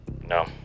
No